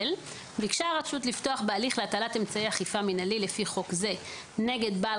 ביקשה הרשות לפתוח בהליך להטלת אמצעי אכיפה מינהלי לפי חוק זה נגד בעל